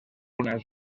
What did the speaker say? una